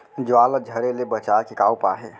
ज्वार ला झरे ले बचाए के का उपाय हे?